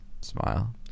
smile